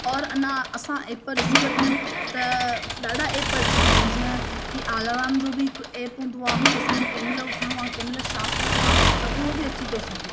और अञा असां ऐप ॾिसी वठूं त ॾाढा ऐप अची विया आहिनि जीअं की आलाराम जो बि हिकु ऐप हूंदो आहे की असांजी केमहिल उथिणो आहे केमहिल छा करिणो आहे त उहो बि अची थो सघे